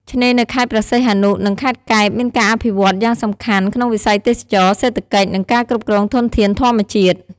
ឆ្នេរនៅខេត្តព្រះសីហនុ និងខេត្តកែប មានការអភិវឌ្ឍន៍យ៉ាងសំខាន់ក្នុងវិស័យទេសចរណ៍ សេដ្ឋកិច្ច និងការគ្រប់គ្រងធនធានធម្មជាតិ។